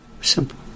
Simple